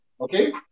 Okay